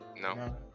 No